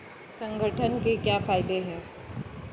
संगठन के क्या फायदें हैं?